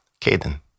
Caden